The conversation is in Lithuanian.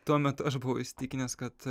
tuo metu aš buvau įsitikinęs kad